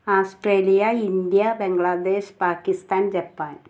Australia India Bangladesh Pakistan Japan